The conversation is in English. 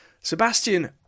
Sebastian